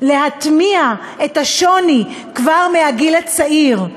להטמיע את השוני כבר מהגיל הצעיר.